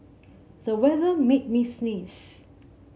the weather made me sneeze